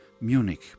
Munich